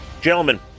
Gentlemen